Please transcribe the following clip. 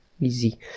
Easy